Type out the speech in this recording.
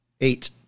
Eight